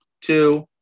two